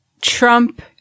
Trump